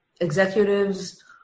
executives